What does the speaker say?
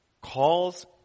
calls